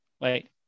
Wait